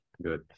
good